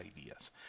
ideas